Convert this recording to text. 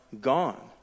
gone